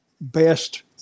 best